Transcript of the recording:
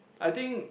I think